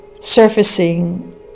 surfacing